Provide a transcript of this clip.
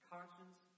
Conscience